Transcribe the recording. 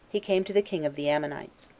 he came to the king of the ammonites.